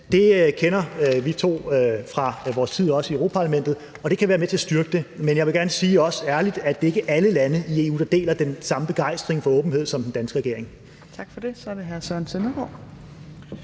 Det kender vi to fra vores tid i Europa-Parlament, og det kan være med til at styrke det. Jeg vil også gerne ærligt sige, at det ikke er alle lande i EU, der deler den samme begejstring for åbenhed, som den danske regering